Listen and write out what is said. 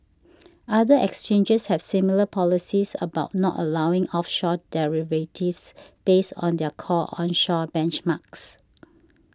other exchanges have similar policies about not allowing offshore derivatives based on their core onshore benchmarks